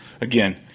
again